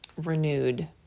renewed